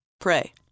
Pray